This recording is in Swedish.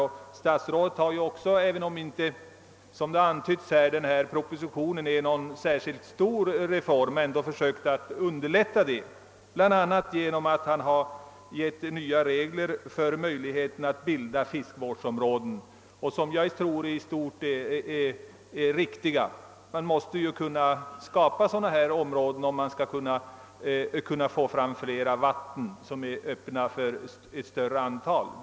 Och statsrådet har ju, även om propositionen inte innebär någon särskilt stor reform, försökt att underlätta detta, bl.a. genom att föreslå nya regler för bildande av fiskevårdsområden. Detta får väl i stort anses riktigt. Sådana områden måste kunna skapas, om man vill få fram fler fiskevatten, öppna för ett större antal människor.